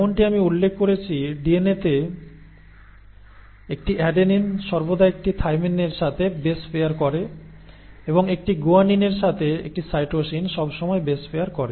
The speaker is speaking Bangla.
যেমনটি আমি উল্লেখ করেছি ডিএনএতে একটি অ্যাডেনিন সর্বদা একটি থাইমিনের সাথে বেস পেয়ার করে এবং একটি গুয়ানিনের সাথে একটি সাইটোসিন সবসময় বেস পেয়ার করে